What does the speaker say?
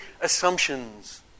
assumptions